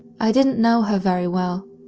i didn't know her very well.